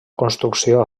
construcció